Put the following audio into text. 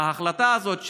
ההחלטה הזאת,